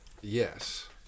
Yes